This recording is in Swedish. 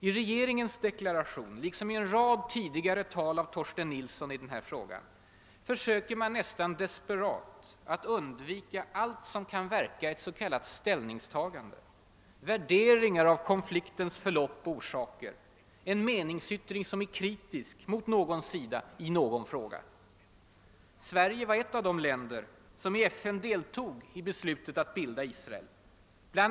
I regeringens deklaration, liksom i en rad tidigare tal av Torsten Nilsson i den här frågan, försöker man nästan desperat undvika allt som kan verka vara ett s.k. ställningstagande, värderingar av konfliktens förlopp och orsaker, en meningsyttring som är kritisk mot någon sida i någon fråga. Sverige var ett av de länder som i FN deltog i beslutet om att bilda Israel. Bl.